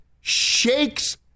shakes